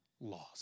lost